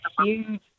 huge